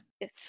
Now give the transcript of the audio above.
Yes